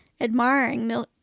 admiring